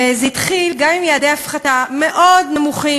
וזה התחיל גם עם יעדי הפחתה מאוד נמוכים,